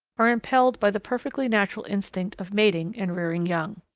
are impelled by the perfectly natural instinct of mating and rearing young.